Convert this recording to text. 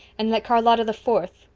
and that charlotta the fourth,